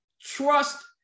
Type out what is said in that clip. trust